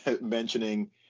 mentioning